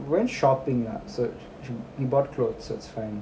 went shopping lah search he bought clothes so it's fine